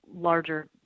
larger